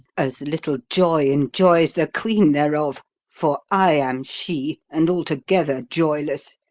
as little joy enjoys the queen thereof for i am she, and altogether joyless.